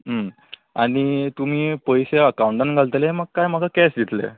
आनी तुमी पयशे अकावंटान घालतले म्हाका कांय म्हाका कॅश दितले